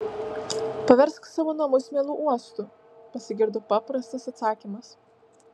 paversk savo namus mielu uostu pasigirdo paprastas atsakymas